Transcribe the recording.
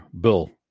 bill